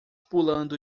pulando